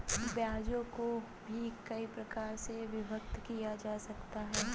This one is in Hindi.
ब्याजों को भी कई प्रकार से विभक्त किया जा सकता है